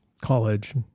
college